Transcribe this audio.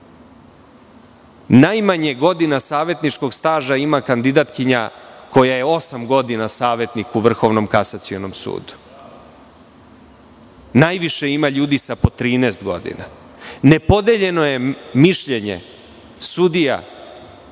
Najmanje godina savetničkog staža ima kandidatkinja koja je osam godina savetnik u Vrhovnom kasacionom sudu, a najviše ima ljudi sa po 13 godina. Nepodeljeno je mišljenje sudija